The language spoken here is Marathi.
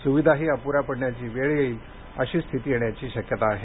सुविधाही अपू या पडण्याची वेळ येईल अशी स्थिती येण्याची शक्यता आहे